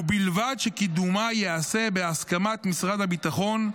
ובלבד שקידומה ייעשה בהסכמת משרד הביטחון,